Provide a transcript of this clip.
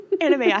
Anime